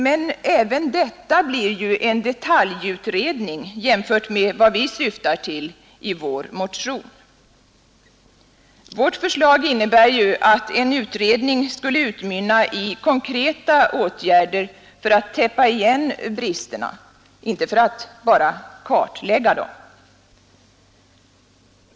Men även detta blir ju en detaljutredning jämfört med vad vi syftar till i vår motion. Vårt förslag innebär ju att en utredning skulle utmynna i konkreta åtgärder för att täppa igen bristerna, inte för att bara kartlägga dem.